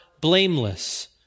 blameless